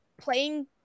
playing